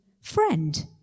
friend